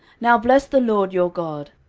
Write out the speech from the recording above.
now bless the lord your god.